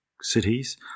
cities